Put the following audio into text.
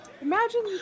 imagine